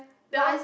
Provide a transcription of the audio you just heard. that one